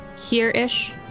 Here-ish